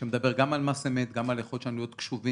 החזון מדבר גם על מס אמת וגם על היכולת שלנו להיות קשובים,